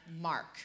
mark